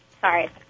sorry